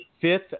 fifth